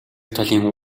талын